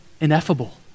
ineffable